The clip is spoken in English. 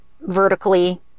vertically